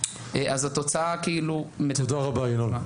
אז התוצאה כאילו -- תודה רבה ינון.